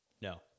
No